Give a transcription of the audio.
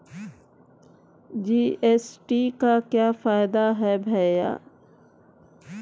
GST का क्या फायदा है भैया?